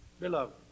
Beloved